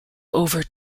over